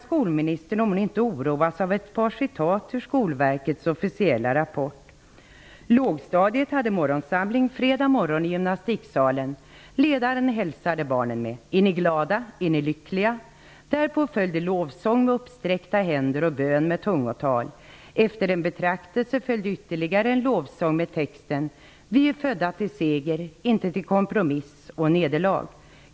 ''Är ni glada? Är ni lyckliga?' Därpå följde lovsång med uppsträckta händer och bön med tungotal. Efter en betraktelse följde ytterligare en lovsång med texten ''Vi är födda till seger, inte till kompromiss och nederlag.'''